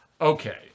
okay